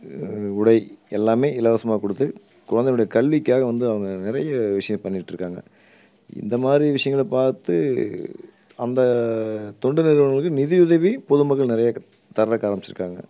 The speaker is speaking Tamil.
உடை எல்லாமே இலவசமாக கொடுத்து குழந்தைனுடைய கல்விக்காக வந்து அவங்க நிறைய விஷயம் பண்ணிகிட்ருக்காங்க இந்த மாதிரி விஷயங்கள பார்த்து அந்த தொண்டு நிறுவனங்களுக்கு நிதி உதவி பொதுமக்கள் நிறைய தர்றதுக்கு ஆரம்மிச்சிருக்காங்க